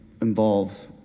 involves